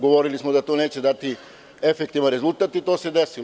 Govorili smo da to neće dati efektivan rezultat i to se desilo.